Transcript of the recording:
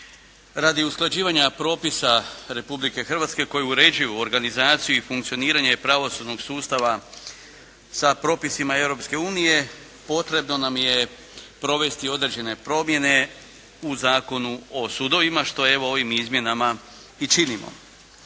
Radi usklađivanja propisa Republike Hrvatske koji uređuju organizaciju i funkcioniranje pravosudnog sustava sa propisima Europske unije potrebno nam je provesti određene promjene u Zakonu o sudovima, što evo ovim izmjenama i činimo.